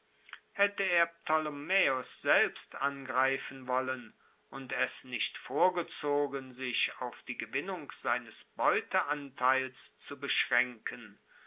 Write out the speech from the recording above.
haette er ptolemaeos selbst angreifen wollen und es nicht vorgezogen sich auf die gewinnung seines beuteanteils zu beschraenken